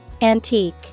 Antique